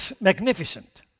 Magnificent